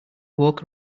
woke